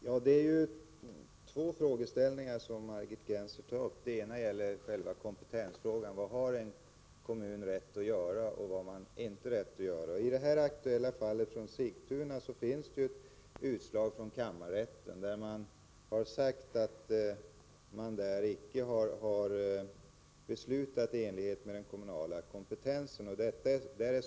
Herr talman! Det är två frågeställningar Margit Gennser tar upp. Den ena gäller kompetensfrågan: Vad har en kommun rätt att göra och vad har man inte rätt att göra? I det aktuella fallet från Sigtuna finns ett utslag från kammarrätten som sagt att kommunen icke har beslutat i enlighet med den kommunala kompetensen.